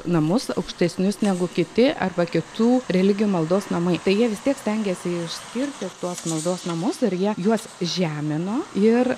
namus aukštesnius negu kiti arba kitų religijų maldos namai tai jie vis tiek stengiasi išskirti tuos maldos namus ir jie juos žemino ir